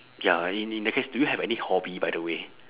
ya in in the case do you have any hobby by the way